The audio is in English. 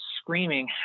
screaming